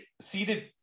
seated